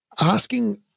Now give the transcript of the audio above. asking